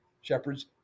shepherds